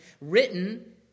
written